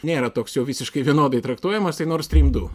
nėra toks jau visiškai vienodai traktuojamas tai nord stream du